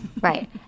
right